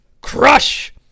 Crush